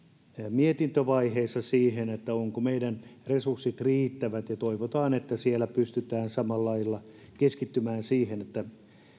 mietintövaiheessa siihen ovatko meidän resurssit riittävät ja toivotaan että siellä pystytään samalla lailla keskittymään siihen että